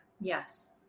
Yes